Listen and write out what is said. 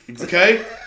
Okay